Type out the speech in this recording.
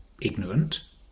ignorant